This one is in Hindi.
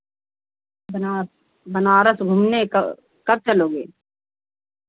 बनारस बनारस घूमने कब चलोगे